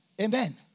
Amen